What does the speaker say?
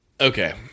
Okay